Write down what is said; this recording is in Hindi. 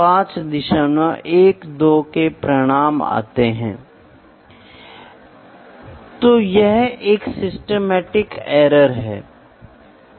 इसलिए इन वेरिएबल के लिए मैं पावर लॉ में या कुछ परिमाण के लिनियर रिग्रेशन इक्वेश्चन में डालने की कोशिश करुंगा और फिर आप प्रोसेस्ड मॉडल के साथ बाहर निकल जाएंगे ठीक है